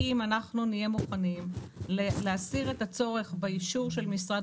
אם אנחנו נהיה מוכנים להסיר את הצורך באישור של משרד